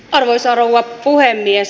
arvoisa rouva puhemies